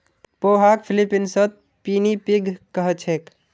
पोहाक फ़िलीपीन्सत पिनीपिग कह छेक